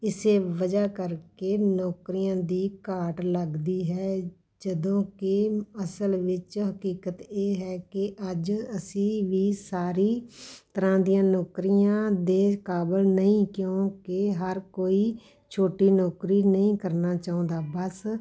ਇਸੇ ਵਜ੍ਹਾ ਕਰਕੇ ਨੌਕਰੀਆਂ ਦੀ ਘਾਟ ਲੱਗਦੀ ਹੈ ਜਦੋਂ ਕਿ ਅਸਲ ਵਿੱਚ ਹਕੀਕਤ ਇਹ ਹੈ ਕਿ ਅੱਜ ਅਸੀਂ ਵੀ ਸਾਰੀ ਤਰ੍ਹਾਂ ਦੀਆਂ ਨੌਕਰੀਆਂ ਦੇ ਕਾਬਲ ਨਹੀਂ ਕਿਉਂਕਿ ਹਰ ਕੋਈ ਛੋਟੀ ਨੌਕਰੀ ਨਹੀਂ ਕਰਨਾ ਚਾਹੁੰਦਾ ਬਸ